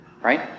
right